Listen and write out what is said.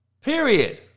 Period